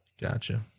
gotcha